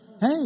Hey